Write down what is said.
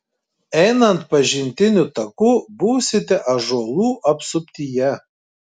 einant pažintiniu taku būsite ąžuolų apsuptyje